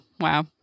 wow